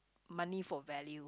money for value